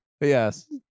Yes